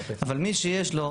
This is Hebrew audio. אבל מי שיש לו,